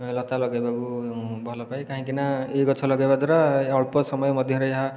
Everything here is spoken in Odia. ଲତା ଲଗାଇବାକୁ ଭଲପାଏ କାହିଁକିନା ଏହି ଗଛ ଲଗାଇବା ଦ୍ୱାରା ଅଳ୍ପ ସମୟ ମଧ୍ୟରେ ଏହା